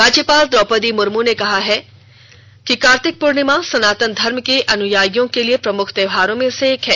राज्यपाल द्रौपदी मुर्मू ने कहा है कि कार्तिक पूर्णिमा सनातन धर्म के अन्याइयों के लिए प्रमुख त्योहारों में से एक है